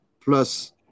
plus